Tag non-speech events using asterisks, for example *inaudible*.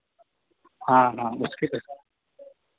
हाँ हाँ उसकी *unintelligible*